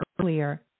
earlier